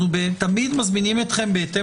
אנחנו תמיד מזמינים אתכם להצטרף אלינו,